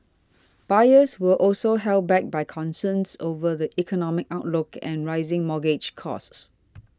buyers were also held back by concerns over the economic outlook and rising mortgage costs